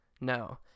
no